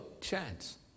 chance